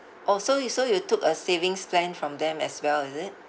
orh so you so you took a savings plan from them as well is it